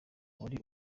wari